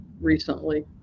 recently